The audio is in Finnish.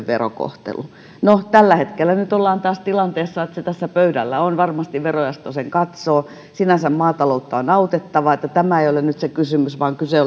verokohtelu no tällä hetkellä nyt ollaan taas tilanteessa että se tässä pöydällä on ja varmasti verojaosto sen katsoo sinänsä maataloutta on autettava ja tämä ei ole nyt se kysymys vaan kyse